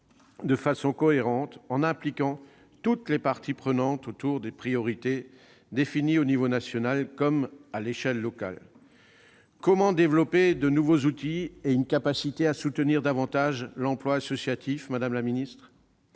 de façon cohérente, en impliquant toutes les parties prenantes autour des priorités définies au niveau national comme à l'échelon local. Comment développer de nouveaux outils et une capacité à soutenir davantage l'emploi associatif, madame la ministre ?